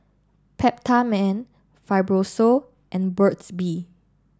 Peptamen Fibrosol and Burt's Bee